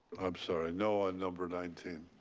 i'm sorry. no on number nineteen.